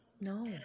No